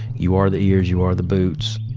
you are the ears. you are the boots.